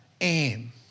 aim